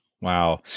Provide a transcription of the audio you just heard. Wow